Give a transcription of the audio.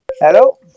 hello